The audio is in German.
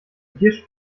gischt